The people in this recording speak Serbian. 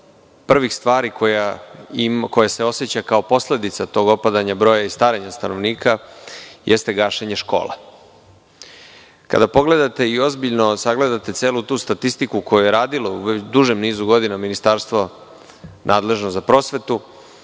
prvih stvari koja se oseća kao posledica tog opadanja broja i starenja stanovništva jeste gašenje škola. Kada pogledate i ozbiljno sagledate tu celu statistiku koju je radilo duži niz godina Ministarstvo prosvete,